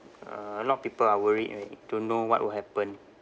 uh a lot of people are worried right don't know what will happen